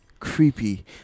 Creepy